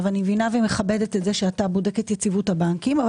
אני מבינה ומכבדת את זה שאתה בודק את יציבות הבנקים אבל